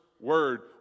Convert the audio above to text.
word